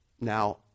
now